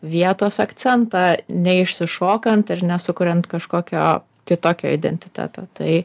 vietos akcentą neišsišokant ir nesukuriant kažkokio kitokio identiteto tai